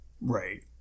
Right